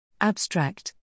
Abstract